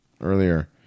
earlier